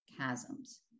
chasms